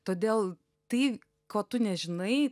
todėl tai ko tu nežinai